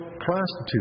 prostitutes